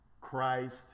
Christ